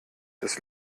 das